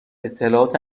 اطلاعات